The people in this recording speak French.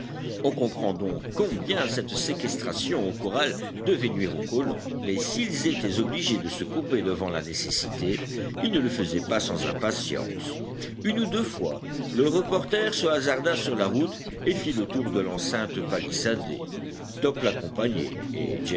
on comprend donc combien cette séquestration au corral devait nuire aux colons mais s'ils étaient obligés de se courber devant la nécessité ils ne le faisaient pas sans impatience une ou deux fois le reporter se hasarda sur la route et fit le tour de l'enceinte palissadée top l'accompagnait et